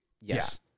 yes